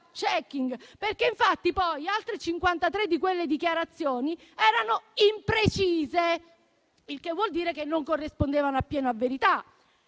Infatti, poi, altre 53 di quelle dichiarazioni erano imprecise: il che vuol dire che non corrispondevano appieno a verità.